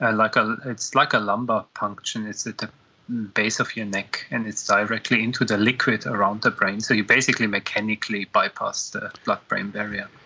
ah like ah it's like a lumbar puncture, and it's at the base of your neck, and it's directly into the liquid around the brain, so you basically mechanically bypass the blood-brain barrier.